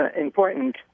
important